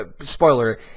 spoiler